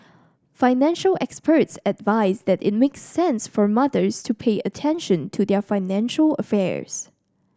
financial experts advise that it makes sense for mothers to pay attention to their financial affairs